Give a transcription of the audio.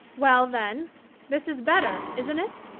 well, then this is better, isn't it?